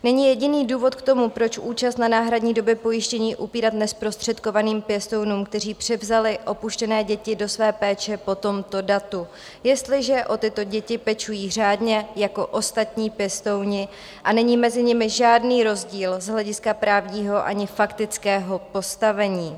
Není jediný důvod k tomu, proč účast na náhradní době pojištění upírat nezprostředkovaným pěstounům, kteří převzali opuštěné děti do své péče po tomto datu, jestliže o tyto děti pečují řádně jako ostatní pěstouni a není mezi nimi žádný rozdíl z hlediska právního ani faktického postavení.